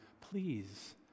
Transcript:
Please